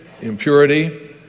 impurity